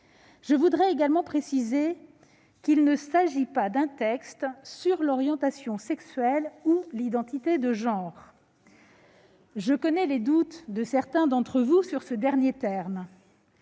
Je voudrais également préciser qu'il ne s'agit pas d'un texte sur l'orientation sexuelle ou l'identité de genre. Je connais les doutes de certains d'entre vous sur cette dernière